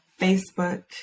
Facebook